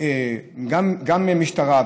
גם של המשטרה,